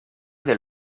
del